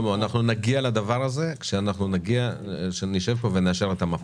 שלמה, נגיע לזה כאשר נאשר כאן את המפה.